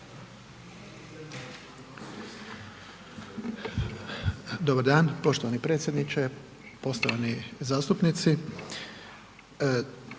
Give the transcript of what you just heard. Dobar dan poštovani predsjedniče, poštovani zastupnici.